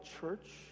church